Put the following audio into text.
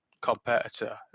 competitor